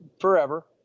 forever